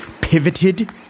Pivoted